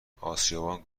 آسیابان